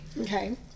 okay